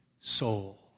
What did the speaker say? soul